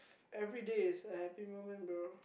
everyday is a happy moment bro